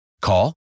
Call